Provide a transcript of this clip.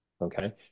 okay